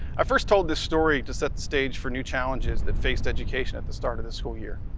i first told this story to set the stage for new challenges that faced education at the start of the school year.